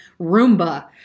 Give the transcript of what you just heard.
Roomba